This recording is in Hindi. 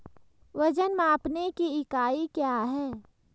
वजन मापने की इकाई क्या है?